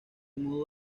mudó